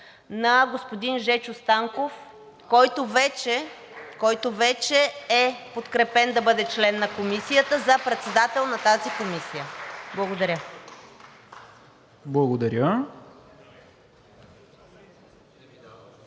на господин Жечо Станков, който вече е подкрепен да бъде член на Комисията, за председател на тази комисия. Благодаря.